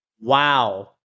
Wow